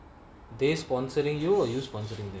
they sponsoring you will use sponsoring this